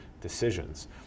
decisions